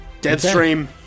Deadstream